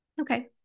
Okay